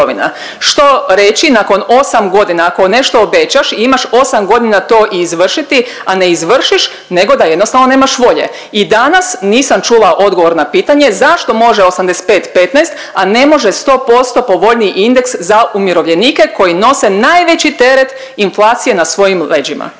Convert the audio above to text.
Što reći nakon 8 godina ako nešto obećaš i imaš 8 godina to i izvršiti, a ne izvršiš nego da jednostavno nemaš volje. I danas nisam čula odgovor na pitanje zašto može 85, 15, a ne može 100% povoljniji indeks za umirovljenike koji nose najveći teret inflacije na svojim leđima.